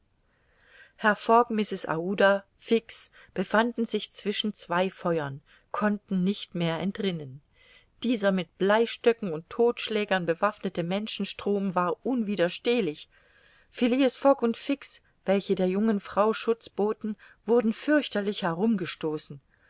herr fogg mrs aouda fix befanden sich zwischen zwei feuern konnten nicht mehr entrinnen dieser mit bleistöcken und todtschlägern bewaffnete menschenstrom war unwiderstehlich phileas fogg und fix welche der jungen frau schutz boten wurden fürcherlich herumgestoßen